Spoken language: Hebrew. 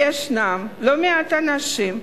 יש לא מעט אנשים,